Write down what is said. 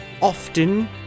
often